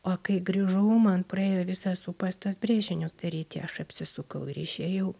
o kai grįžau man praėjo visas ūpas tuos brėžinius daryti aš apsisukau ir išėjau